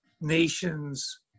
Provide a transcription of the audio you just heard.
nations